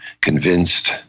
convinced